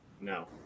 No